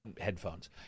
headphones